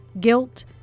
guilt